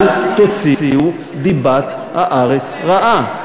אל תוציאו דיבת הארץ רעה.